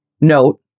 note